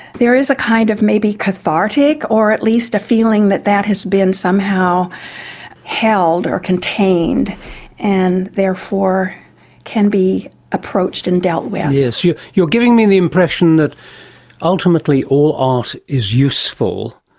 there is a kind of maybe cathartic or at least a feeling that that has been somehow held or contained and therefore can be approached and dealt with. yes, you're you're giving me the impression that ultimately all art is useful,